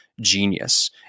genius